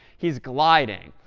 he's gliding.